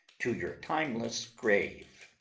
to your timeless grave.